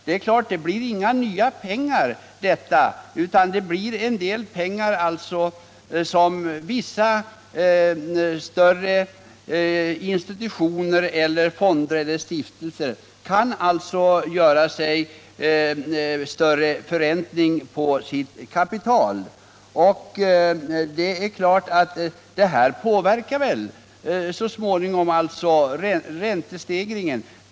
Det blir inga nya pengar som kommer fram, men vissa större institutioner, fonder eller stiftelser kan göra sig större vinster i form av förräntning av sitt kapital. Det påverkar givetvis så småningom räntestegringen.